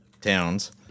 Towns